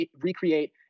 recreate